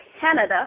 Canada